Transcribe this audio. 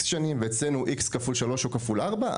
שנים ואצלנו תוך X כפול 3 או כפול 4,